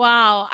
Wow